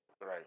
Right